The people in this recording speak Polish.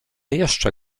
jeszcze